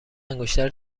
انگشتر